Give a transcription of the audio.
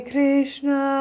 Krishna